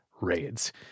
raids